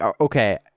okay